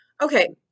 Okay